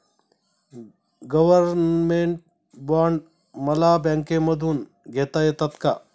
Government bond मला बँकेमधून घेता येतात का?